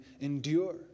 endure